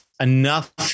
enough